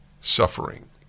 suffering